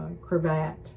Cravat